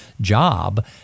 job